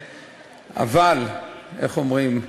אבל, איך אומרים?